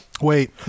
Wait